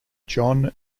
john